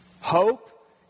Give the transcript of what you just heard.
hope